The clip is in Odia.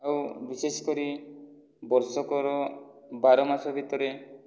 ଆଉ ବିଶେଷ କରି ବର୍ଷକର ବାରମାସ ଭିତରେ